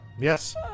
Yes